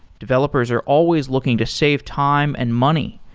developers are always looking to save time and money,